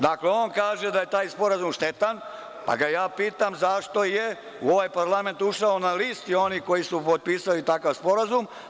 Dakle, on kaže da je taj sporazum štetan, pa ga ja pitam - zašto je u ovaj parlament ušao na listi onih koji su potpisali takav sporazum?